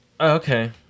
okay